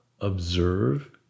observe